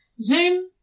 Zoom